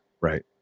right